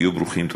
היו ברוכים.